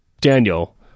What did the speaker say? Daniel